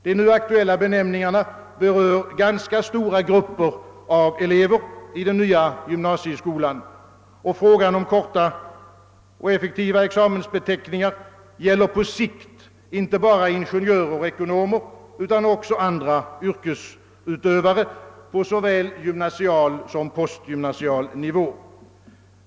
De nu aktuella benämningarna berör ganska stora grupper av elever i den nya gymnasieskolan, och frågan om korta och effektiva examensbeteckningar gäller på sikt inte bara ingenjörer och ekonomer utan också andra yrkesutövare på såväl gymnasial som postgymnasial nivå.